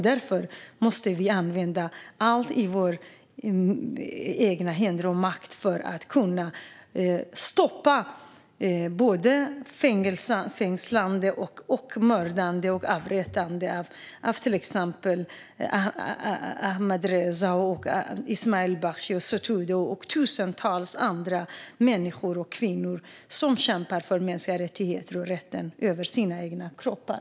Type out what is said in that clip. Därför måste vi använda allt som står i vår makt för att stoppa fängslande, mördande och avrättande av till exempel Ahmadreza, Ismail Bakhshi, Sotoudeh och tusentals andra människor som kämpar för mänskliga rättigheter och rätten att bestämma över sina egna kroppar.